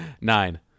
Nine